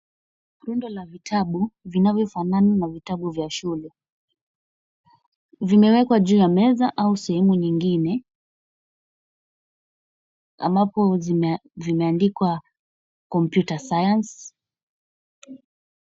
Rundo la itabu, vinavyofanana na vitabu vya shule, vimewekwa juu ya meza au sehemu nyingine, ambapo zimeandikwa Computer Science.